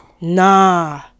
Nah